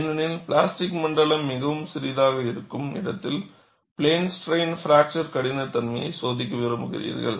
ஏனெனில் பிளாஸ்டிக் மண்டலம் மிகவும் சிறியதாக இருக்கும் இடத்தில் பிளேன் ஸ்ட்ரைன் பிராக்சர் கடினத்தன்மையை சோதிக்க விரும்புகிறீர்கள்